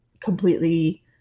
completely